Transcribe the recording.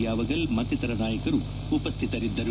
ಯಾವಗಲ್ ಮತ್ತಿತರ ನಾಯಕರು ಉಪಸ್ಹಿತರಿದ್ದರು